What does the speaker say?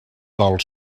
del